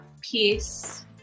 Peace